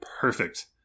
perfect